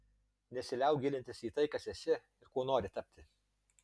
nesiliauk gilintis į tai kas esi ir kuo nori tapti